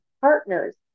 partners